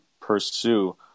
pursue